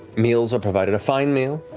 meals are provided, a fine meal